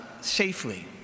safely